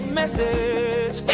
message